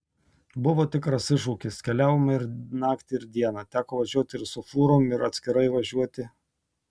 buvo tikras iššūkis keliavome ir naktį ir dieną teko važiuoti ir su fūrom ir atskirai važiuoti